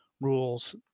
rules